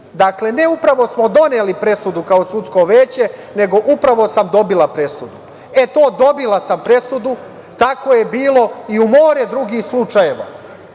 Dakle, ne „upravo smo doneli presudu kao sudsko veće“, nego „upravo sam dobila presudu“. E, to „dobila sam presudu“ tako je bilo i u more drugih slučajeva